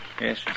Yes